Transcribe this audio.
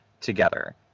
together